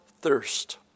thirst